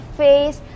face